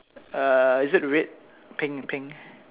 err is it red pink pink